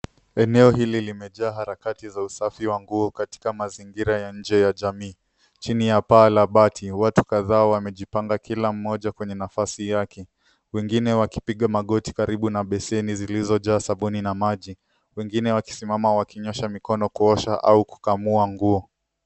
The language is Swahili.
Eneo hili limejaa harakati za usafi wa nguo katika mazingira ya nje ya jamii. Chini ya paa la bati watu kadhaa wamejipanga kila mmoja kwenye nafasi yake, wengine wakipiga magoti karibu na beseni zilizojaa sabuni na maji, wengine wakisimama wakinyoosha mikono kuosha au kukamua nguo.